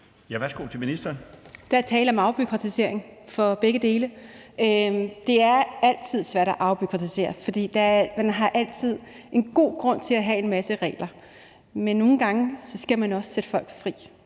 Der er tale om afbureaukratisering for begge deles vedkommende. Det er altid svært at afbureaukratisere, for man har altså en god grund til at have en masse regler. Men nogle gange skal man også sætte folk fri